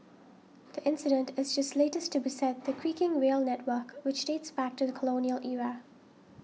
the incident is just latest to beset the creaking rail network which dates back to the colonial era